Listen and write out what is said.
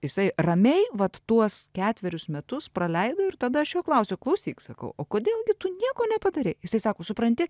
jisai ramiai vat tuos ketverius metus praleido ir tada aš jo klausiu klausyk sakau o kodėl gi tu nieko nepadarei jisai sako supranti